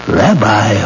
rabbi